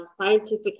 scientific